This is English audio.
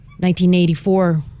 1984